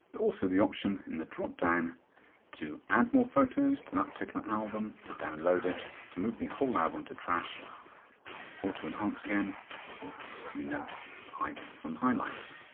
also the option in the dropdown to add more photos to that particular album, to download it, to move the whole album to trash or to enhance again or we know hide from highlights.